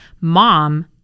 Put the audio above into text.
mom